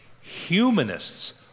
Humanists